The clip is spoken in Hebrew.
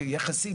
יחסית,